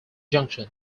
junction